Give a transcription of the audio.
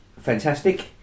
fantastic